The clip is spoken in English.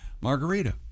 Margarita